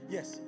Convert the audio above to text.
Yes